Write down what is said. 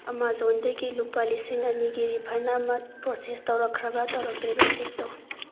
ꯑꯃꯥꯖꯣꯟꯗꯒꯤ ꯂꯨꯄꯥ ꯂꯤꯁꯤꯡ ꯑꯅꯤꯒꯤ ꯔꯤꯐꯟ ꯑꯃ ꯄ꯭ꯔꯣꯁꯦꯁ ꯇꯧꯔꯛꯈ꯭ꯔꯕ ꯇꯧꯔꯛꯇ꯭ꯔꯤꯕ꯭ꯔꯥ ꯆꯦꯛ ꯇꯧ